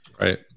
right